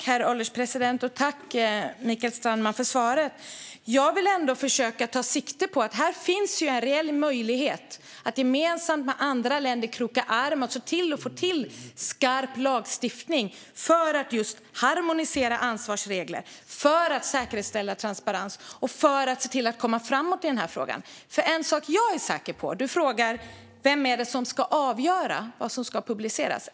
Herr ålderspresident! Tack, Mikael Strandman, för svaret! Jag vill ändå försöka ta sikte på att det finns en reell möjlighet att gemensamt med andra länder kroka arm och se till att man får till en skarp lagstiftning för att harmonisera ansvarsregler, för att säkerställa transparens och för att man ska komma framåt i denna fråga. Du frågar: Vem är det som ska avgöra vad som ska publiceras?